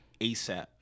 ASAP